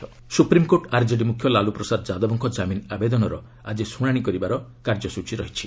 SC ଲାଲ୍ supreme court RJD ମୁଖ୍ୟ ଲାଲୁ ପ୍ରସାଦ ଯାଦବଙ୍କ ଜାମିନ ଆବେଦନର ଆକି ଶୁଣାଣି କରିବାର କାର୍ଯ୍ୟକ୍ରମ ରହିଛି